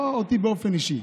לא אותי באופן אישי,